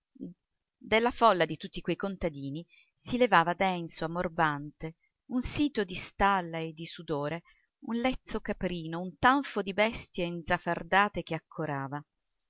dalla folla di tutti quei contadini si levava denso ammorbante un sito di stalla e di sudore un lezzo caprino un tanfo di bestie inzafardate che accorava